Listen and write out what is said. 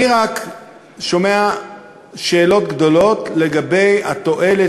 אני רק שומע שאלות גדולות לגבי התועלת